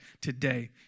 today